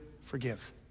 forgive